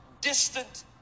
distant